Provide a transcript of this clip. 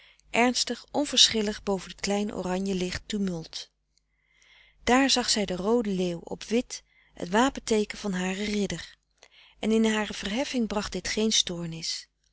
ernstig onverschillig boven t klein oranje licht tumult daar zag zij den rooden leeuw op wit het wapenteeken van haren ridder en in hare verheffing bracht dit geen stoornis